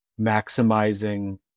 maximizing